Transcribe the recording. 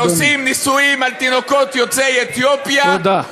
כשעושים ניסויים על תינוקות יוצאי אתיופיה, תודה.